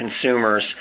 consumers